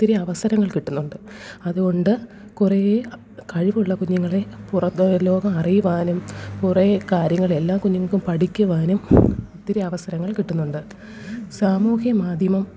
ഒത്തിരി അവസരങ്ങൾ കിട്ടുന്നുണ്ട് അതുകൊണ്ട് കുറേ കഴിവുള്ള കുഞ്ഞുങ്ങളെ പുറംലോകം അറിയുവാനും കുറെ കാര്യങ്ങൾ എല്ലാ കുഞ്ഞുങ്ങൾക്ക് പഠിക്കുവാനും ഒത്തിരി അവസരങ്ങൾ കിട്ടുന്നുണ്ട് സാമൂഹ്യമാധ്യമം